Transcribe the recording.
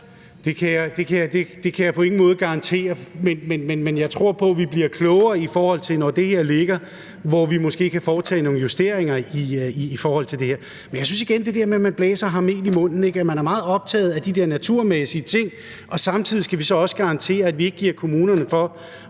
Det kan jeg på ingen måde garantere. Men jeg tror, at vi bliver klogere på, når det her ligger klar, hvor vi måske kan foretage nogle justeringer. Men jeg synes igen – i forhold til at blæse og have mel i munden, ikke? – at man er meget optaget af de her naturmæssige ting, og samtidig skal vi så også garantere, at vi ikke giver kommunerne til